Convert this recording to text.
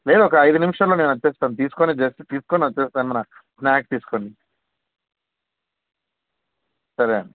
నేను ఒక ఐదు నిమిషంలో నేను వచ్చేస్తాను తీసుకొని జస్ట్ తీసుకొని వచ్చేస్తానున్నా స్నాక్స్ తీసుకొని సరే అండి